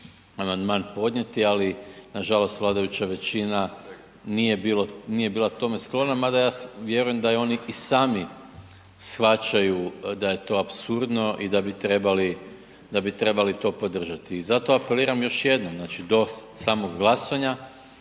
amandman podnijeti, ali nažalost vladajuća većina nije bila tome sklona mada ja vjerujem da i oni sami shvaćaju da je to apsurdno i da bi trebali to podržati. I zato apeliram još jednom, znači do samog glasovanja,